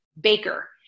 baker